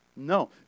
No